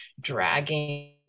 dragging